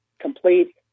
complete